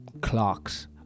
clocks